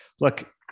look